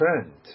friend